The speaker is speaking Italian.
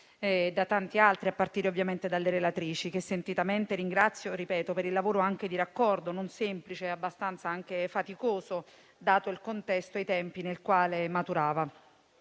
da tanti altri, a partire dalle relatrici, che sentitamente ringrazio per il lavoro di raccordo non semplice e abbastanza faticoso, dato il contesto e i tempi nel quale è maturato.